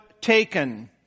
taken